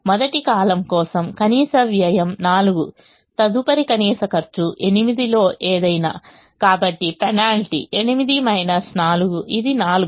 మొదటి కాలమ్ కోసం కనీస వ్యయం 4 తదుపరి కనీస ఖర్చు 8 లో ఏదైనా కాబట్టి పెనాల్టీ 8 4 ఇది 4